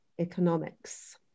Economics